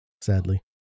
sadly